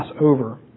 over